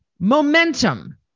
Momentum